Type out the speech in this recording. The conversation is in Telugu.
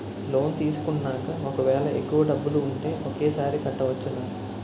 లోన్ తీసుకున్నాక ఒకవేళ ఎక్కువ డబ్బులు ఉంటే ఒకేసారి కట్టవచ్చున?